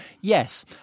Yes